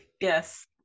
yes